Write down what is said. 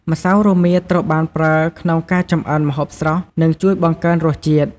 ម្សៅរមៀតត្រូវបានប្រើក្នុងការចម្អិនម្ហូបស្រស់ និងជួយបង្កើនរសជាតិ។